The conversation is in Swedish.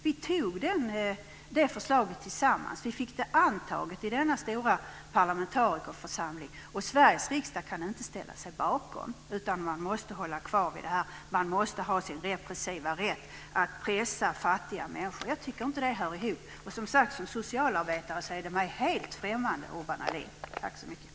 Vi antog detta förslag tillsammans, och vi fick det antaget i denna stora parlamentarikerförsamling - och Sveriges riksdag kan inte ställa sig bakom det utan måste hålla kvar vid att man måste ha sin repressiva rätt att pressa fattiga människor. Jag tycker inte att det hör ihop. Som socialarbetare är detta mig helt främmande, Urban Ahlin.